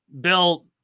bill